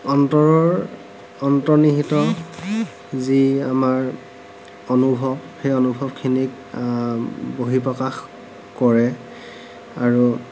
অন্তৰৰ অন্তৰ্নিহিত যি আমাৰ অনুভৱ সেই অনুভৱখিনিক বৰ্হিপ্ৰকাশ কৰে আৰু